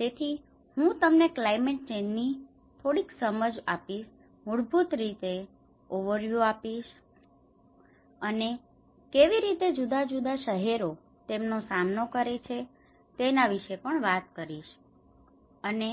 તેથી હું તમને ક્લાયમેટ ચેન્જ ની સમજ વિશે થોડી મૂળભૂત વિશે ઓવરવ્યૂ આપીશ અને કેવી રીતે જુદા જુદા શહેરો તેનો સામનો કરે છે તેના વિશે પણ વાત કરીશ અને